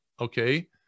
okay